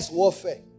warfare